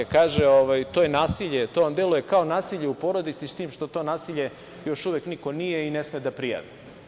Kaže - to je nasilje, to vam deluje kao nasilje u porodici, s tim što to nasilje još uvek nije i ne sme da prijavi.